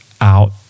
out